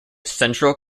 central